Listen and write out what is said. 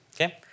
Okay